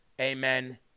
Amen